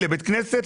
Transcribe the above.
לבית כנסת,